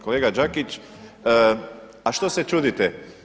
Kolega Đakić, a što se čudite?